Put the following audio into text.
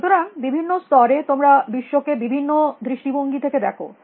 সুতরাং বিভিন্ন স্তরে তোমরা বিশ্বকে বিভিন্ন দৃষ্টিভঙ্গি থেকে দেখো